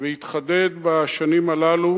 והתחדד בשנים הללו,